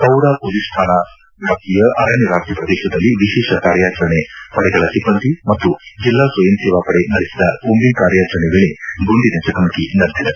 Padua police ಠಾಣಾ ವ್ಯಾಪ್ತಿಯ ಅರಣ್ಯ ವ್ಯಾಪ್ತಿ ಪ್ರದೇಶದಲ್ಲಿ ವಿಶೇಷ ಕಾರ್ಯಾಚರಣೆ ಪಡೆಗಳ ಸಿಬ್ಬಂದಿ ಮತ್ತು ಜಿಲ್ಲಾ ಸ್ವಯಂ ಸೇವಾ ಪಡೆ ನಡೆಸಿದ ಕೂಂಬಿಂಗ್ ಕಾರ್ಯಾಚರಣೆ ವೇಳೆ ಗುಂಡಿನ ಚಕಮಕಿ ನಡೆದಿದೆ